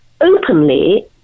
openly